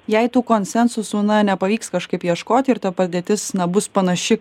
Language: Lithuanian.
jei tų konsensusų na nepavyks kažkaip ieškoti ir to padėtis na bus panaši